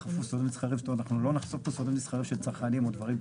אנחנו לא נחשוף סוד מסחרי של צרכנים או דברים כאלה.